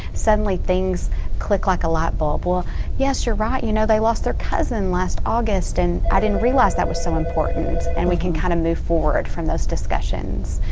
suddenly things click like a light bulb. yes, you're right, you know they lost their cousin last august and i didn't realize that was so important. and we can kind of move forward from those discussions.